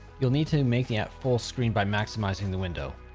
you'll need to make the app full screen by maximizing the window.